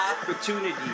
opportunity